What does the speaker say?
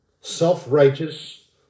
self-righteous